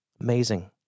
amazing